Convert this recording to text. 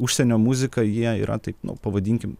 užsienio muzika jie yra taip nu pavadinkim